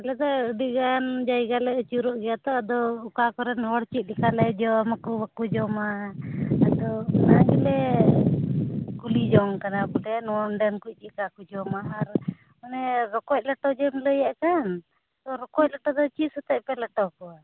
ᱟᱞᱮ ᱫᱚ ᱟᱹᱰᱤ ᱜᱟᱱ ᱡᱟᱭᱜᱟ ᱞᱮ ᱟᱹᱪᱩᱨᱚᱜ ᱜᱮᱭᱟ ᱛᱳ ᱟᱫᱚ ᱚᱠᱟ ᱠᱚᱨᱮᱱ ᱦᱚᱲ ᱪᱮᱫ ᱞᱮᱠᱟ ᱞᱮ ᱡᱚᱢ ᱟᱠᱚ ᱵᱟᱠᱚ ᱡᱚᱢᱟ ᱟᱫᱚ ᱚᱱᱟᱜᱮᱞᱮ ᱠᱩᱞᱤ ᱡᱚᱝ ᱠᱟᱱᱟ ᱵᱚᱞᱮ ᱱᱚᱸᱰᱮᱱ ᱠᱩ ᱪᱮᱫᱠᱟ ᱠᱚ ᱡᱚᱢᱟ ᱟᱨ ᱚᱱᱮ ᱨᱚᱠᱚᱡ ᱞᱮᱴᱚ ᱡᱮᱢ ᱞᱟᱹᱭᱮᱫ ᱠᱟᱱ ᱨᱚᱠᱚᱡ ᱞᱮᱴᱚ ᱫᱚ ᱪᱮᱫ ᱥᱟᱛᱮᱫ ᱯᱮ ᱞᱮᱴᱚ ᱠᱚᱣᱟ